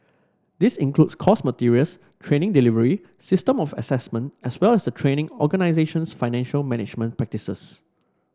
this includes course materials training delivery system of assessment as well as the training organisation's financial management practices